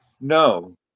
No